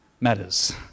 matters